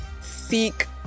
seek